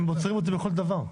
הם עוצרים אותי בכל דבר.